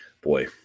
Boy